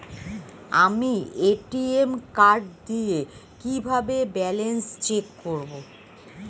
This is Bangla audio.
আমি এ.টি.এম কার্ড দিয়ে কিভাবে ব্যালেন্স চেক করব?